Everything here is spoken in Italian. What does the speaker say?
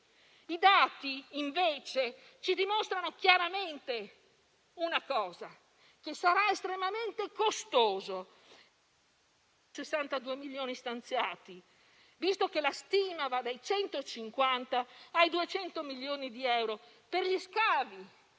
I dati invece ci dimostrano chiaramente che sarà estremamente costoso - 62 milioni stanziati - visto che la stima va dai 150 ai 200 milioni di euro per gli scavi,